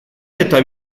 eta